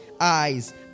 eyes